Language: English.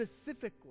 specifically